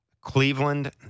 Cleveland